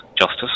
justice